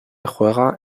juega